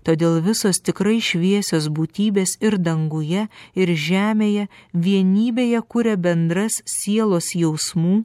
todėl visos tikrai šviesios būtybės ir danguje ir žemėje vienybėje kuria bendras sielos jausmų